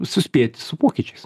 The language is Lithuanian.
suspėt su pokyčiais